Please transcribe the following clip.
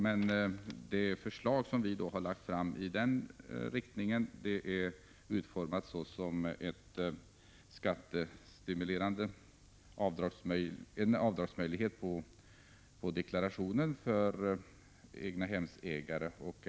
Men det förslag som vi har lagt fram i den riktningen är utformat som en skattestimulans. Vi föreslår en möjlighet till avdrag i deklarationen för egnahemsägare.